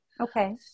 Okay